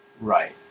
Right